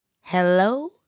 Hello